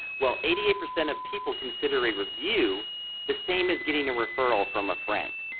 well, eighty eight percent of people consider a review the same as getting a referral from a friend.